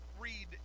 read